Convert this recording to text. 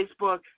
Facebook